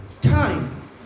time